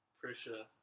pressure